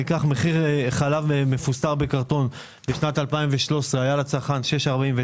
ניקח מחיר חלב מפוסטר בקרטון עלה לצרכן בשנת 2013 6.49 שקלים.